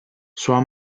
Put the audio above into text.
sua